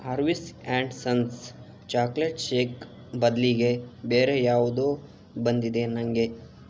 ಆರ್ವೀಸ್ and Sons chocolate shake ಬದಲಿಗೆ ಬೇರೆ ಯಾವುದೋ ಬಂದಿದೆ ನನಗೆ